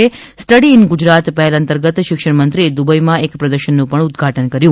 study in Gujarat પહેલ અંતર્ગત શિક્ષણ મંત્રીએ દુબઈમાં એક પ્રદર્શનનું પણ ઉદઘાટન કર્યું